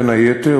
בין היתר,